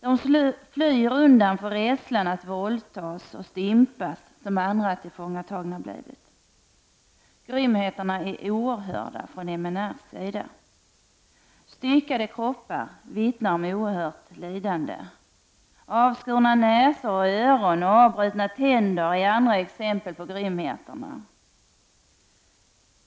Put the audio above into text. De flyr undan av rädsla för att bli våldtagna och stympade, som andra tillfångatagna blivit. Grymheterna från MNRS sida är förfärliga. Stympade kroppar vittnar om oerhört lidande. Avskurna näsor och öron och avbrutna tänder är några exempel på grymheterna.